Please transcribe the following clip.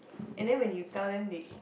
and then when you tell them they